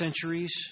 centuries